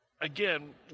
again